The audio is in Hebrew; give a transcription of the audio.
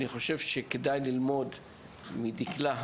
אני חושב שכדאי ללמוד הרבה מדקלה,